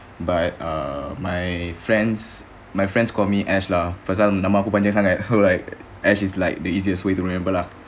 but err my friends my friends call me ash lah pasal nama aku panjang sangat so like ash is the easiest way to remember lah